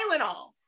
Tylenol